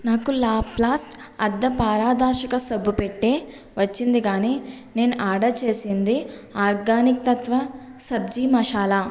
నాకు లాప్లాస్ట్ అర్ధపారదర్శక సబ్బు పెట్టె వచ్చింది కానీ నేను ఆర్డర్ చేసింది ఆర్గానిక్ తత్వ సబ్జీ మసాలా